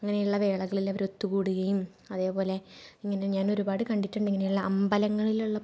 അങ്ങനെയുള്ള വേളകളിലവർ ഒത്തുകൂടുകയും അതേപോലെ ഇങ്ങനെ ഞാനൊരുപാട് കണ്ടിട്ടുണ്ട് ഇങ്ങനെയുള്ള അമ്പലങ്ങളിലുള്ള